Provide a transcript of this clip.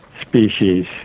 species